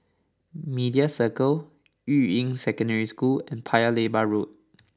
Media Circle Yuying Secondary School and Paya Lebar Road